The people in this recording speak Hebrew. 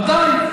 בוודאי.